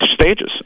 stages